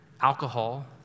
alcohol